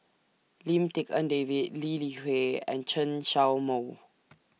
Lim Tik En David Lee Li Hui and Chen Show Mao